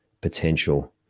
potential